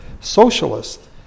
Socialists